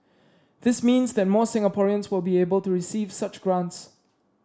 this means that more Singaporeans will be able to receive such grants